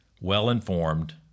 well-informed